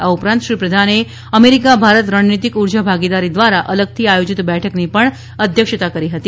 આ ઉપરાંત શ્રી પ્રધાને અમેરીકા ભારત રણનિતિક ઉર્જા ભાગીદારી દ્વારા અલગથી આયોજીત બેઠકની પણ અધ્યક્ષતા કરી હતી